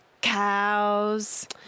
cows